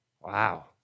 Wow